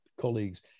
colleagues